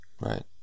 Right